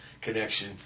connection